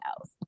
else